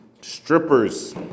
Strippers